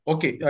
Okay